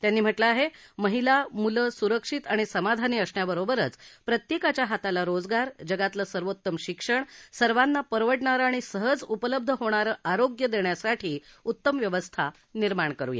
त्यांनी म्हटलं आहे महिला मूलं सुरक्षित आणि समाधानी असण्याबरोबरच प्रत्येकाच्या हाताला रोजगार जगातले सर्वोत्तम शिक्षण सर्वांना परवडणारे आणि सहज उपलब्ध होणारं आरोग्य देण्यासाठी उत्तम व्यवस्था निर्माण करूया